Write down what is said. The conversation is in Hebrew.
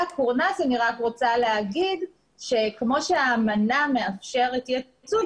אני רוצה לומר לגבי הקורנס שכמו שהאמנה מאפשרת יצוא,